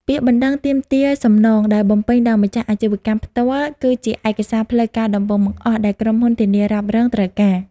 ពាក្យបណ្ដឹងទាមទារសំណង ដែលបំពេញដោយម្ចាស់អាជីវកម្មផ្ទាល់ គឺជាឯកសារផ្លូវការដំបូងបង្អស់ដែលក្រុមហ៊ុនធានារ៉ាប់រងត្រូវការ។